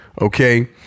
okay